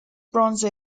bronze